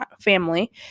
family